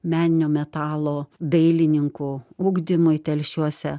meninio metalo dailininkų ugdymui telšiuose